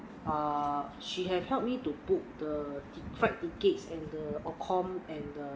uh she has helped me to book the flight tickets and the accom~ and the